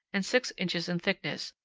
and six inches in thickness,